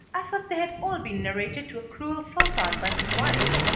as if they had all been narrated to a cruel sultan by his wife.